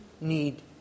need